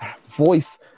voice